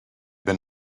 been